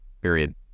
Period